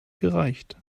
gereicht